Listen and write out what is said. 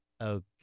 okay